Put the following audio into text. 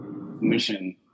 mission